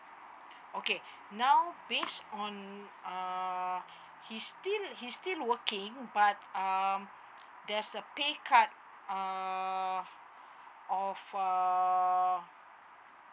okay now base on uh he still he still working but um there's a pay cut err of err